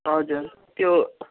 हजर त्यो